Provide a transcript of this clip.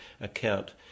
account